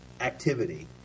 activity